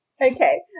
Okay